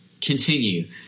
continue